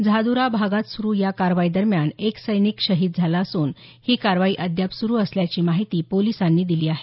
झाद्रा भागात सुरू या कारवाई दरम्यान एक सैनिक शहीद झाला असून ही कारवाई अद्याप सुरू असल्याची माहिती पोलिसांनी दिली आहे